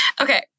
Okay